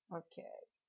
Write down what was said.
okay